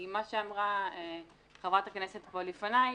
היא מה שאמרה חברת הכנסת פה לפניי,